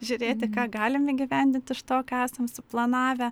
žiūrėti ką galim įgyvendint iš to ką esam suplanavę